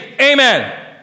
amen